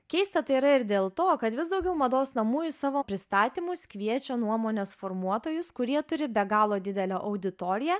keista tai yra ir dėl to kad vis daugiau mados namų į savo pristatymus kviečia nuomonės formuotojus kurie turi be galo didelę auditoriją